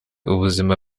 ubuzima